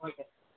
okay sir